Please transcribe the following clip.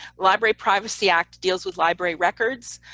library privacy act deals with library records,